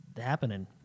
happening